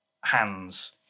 hands